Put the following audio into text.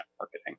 marketing